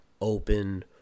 open